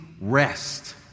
rest